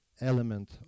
element